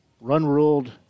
run-ruled